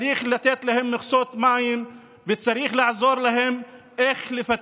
צריך לתת להם מכסות מים וצריך לעזור להם לפתח.